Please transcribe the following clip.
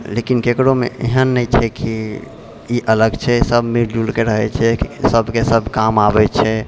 लेकिन ककरोमे एहन नहि छै कि ई अलग छै सभ मिलजुलके रहै छै सभके सभ काम आबै छै